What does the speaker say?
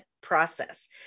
process